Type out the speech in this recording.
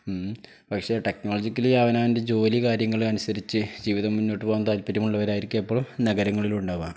പക്ഷെ ടെക്നോളജിക്കലി അവനവൻ്റെ ജോലി കാര്യങ്ങള് അനുസരിച്ച് ജീവിതം മുന്നോട്ടുപോകാൻ താല്പര്യമുള്ളവരായിരിക്കും എപ്പോഴും നഗരങ്ങളിലുമുണ്ടാവുക